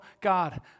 God